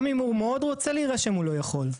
גם אם מאוד רוצה להירשם הוא לא יכול.